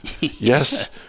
Yes